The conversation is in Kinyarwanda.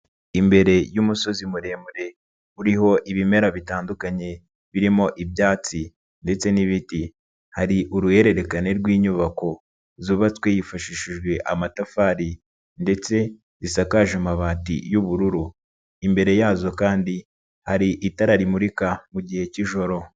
Imbere y'umusozi muremure uriho ibimera bitandukanye birimo ibyatsi ndetse n'ibiti, hari uruhererekane rw'inyubako zubatswe hifashishijwe amatafari ndetse zisakaje amabati y'ubururu, imbere yazo kandi hari itara rimurika mu gihe cy'ijoro.